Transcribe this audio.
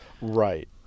Right